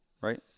right